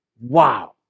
Wow